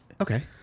Okay